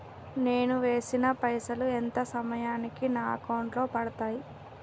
నేను వేసిన పైసలు ఎంత సమయానికి నా అకౌంట్ లో పడతాయి?